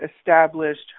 established